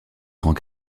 grand